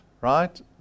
right